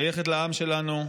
שייכת לעם שלנו,